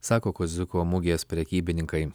sako kaziuko mugės prekybininkai